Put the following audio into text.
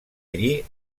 allí